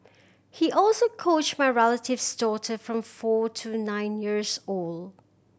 he also coached my relative's daughter from four to nine years old